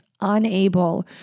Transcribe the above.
unable